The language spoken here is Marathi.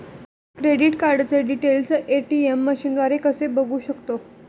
क्रेडिट कार्डचे डिटेल्स ए.टी.एम मशीनद्वारे कसे बघू शकतो?